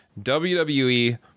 WWE